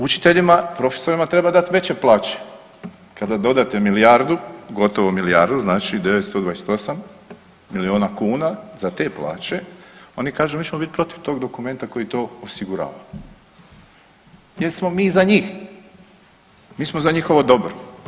Učiteljima i profesorima treba dati veće plaće, kada dodate milijardu gotovo milijardu znači 928 miliona kuna za te plaće, oni kažu mi ćemo biti protiv tog dokumenta koji to osigurava jer smo mi za njih, mi smo za njihovo dobro.